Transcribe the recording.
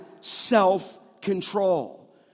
self-control